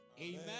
Amen